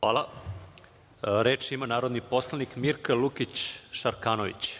Hvala. Reč ima narodni poslanik Mirka Lukić Šarkanović.